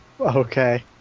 Okay